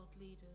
leaders